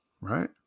right